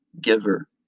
giver